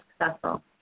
successful